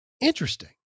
interesting